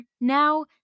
Now